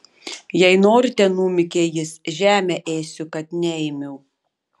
jei norite numykė jis žemę ėsiu kad neėmiau